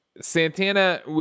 Santana